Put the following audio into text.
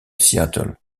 seattle